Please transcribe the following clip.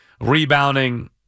rebounding